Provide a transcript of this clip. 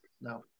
No